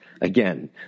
Again